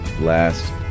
last